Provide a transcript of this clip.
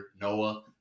Noah